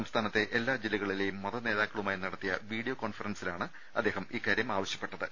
സംസ്ഥാനത്തെ എല്ലാ ജില്ലകളിലെയും മത നേതാക്കളുമായി നടത്തിയ വീഡിയോ കോൺഫ റൻസിലാണ് അദ്ദേഹം ഇക്കാര്യം ആവശ്യപ്പെട്ടത്